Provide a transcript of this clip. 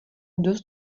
dost